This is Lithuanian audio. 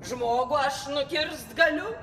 žmogų aš nukirst galiu